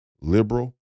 liberal